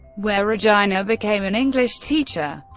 where regina became an english teacher.